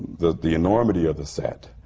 the the enormity of the set.